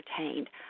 entertained